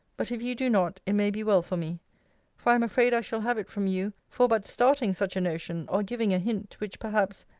but if you do not, it may be well for me for i am afraid i shall have it from you for but starting such a notion, or giving a hint, which perhaps,